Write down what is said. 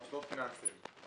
מוסדות פיננסיים.